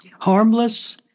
Harmless